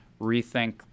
rethink